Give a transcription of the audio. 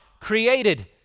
created